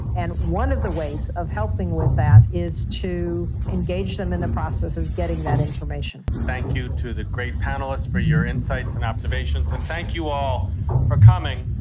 and one of the ways of helping with that is to engage them in the process of getting that information. thank you to the great panellists for your insights and observations, and thank you all for coming.